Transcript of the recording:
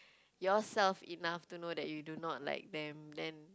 yourself enough to know that you do not like them then